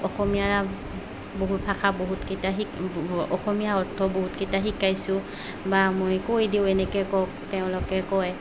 অসমীয়াৰ বহুত ভাষা বহুতকেইটা শি ব অসমীয়া অৰ্থ বহুতকেইটা শিকাইছোঁ বা মই কৈ দিওঁ এনেকৈ কওক তেওঁলোকে কয়